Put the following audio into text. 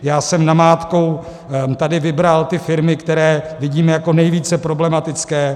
Já jsem namátkou vybral firmy, které vidíme jako nejvíce problematické.